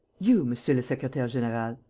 you, monsieur le secretaire-general.